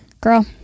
Girl